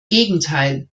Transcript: gegenteil